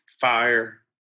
fire